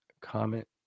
comment